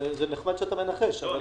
זה נחמד שאתה מנחש...